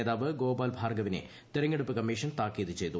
നേതാവ് ഗോപാൽ ഭാർഗവിനെ തെരഞ്ഞെടുപ്പ് കമ്മീഷൻ താക്കീത് ചെയ്തു